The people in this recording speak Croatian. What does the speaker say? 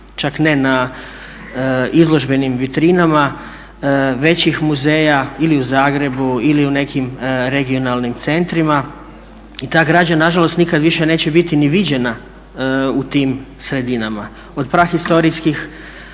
čak ne na izložbenim vitrinama većih muzeja ili u Zagrebu ili u nekim regionalnim centrima i ta građa nažalost nikad više neće biti ni viđena u tim sredinama od prahistorijskih